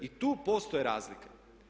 I tu postoje razlike.